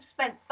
spent